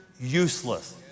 useless